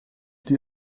die